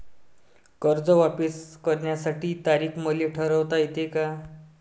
कर्ज वापिस करण्याची तारीख मले ठरवता येते का?